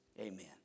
amen